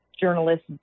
journalists